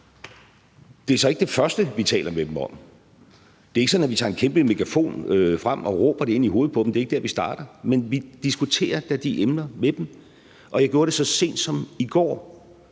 Det er så ikke det første, vi taler med dem om. Det er ikke sådan, at vi tager en kæmpe megafon frem og råber det ind i hovedet på dem. Det er ikke der, vi starter, men vi diskuterer da de emner med dem. Jeg gjorde det så sent som i går,